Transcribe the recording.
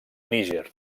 níger